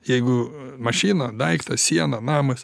jeigu mašina daiktas siena namas